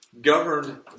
governed